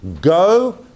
go